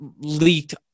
leaked